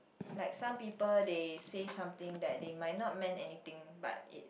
like some peoples they say something that they might not meant anything but it